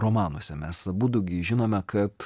romanuose mes abudu gi žinome kad